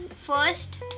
first